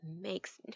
makes